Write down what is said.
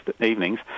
evenings